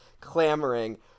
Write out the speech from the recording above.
clamoring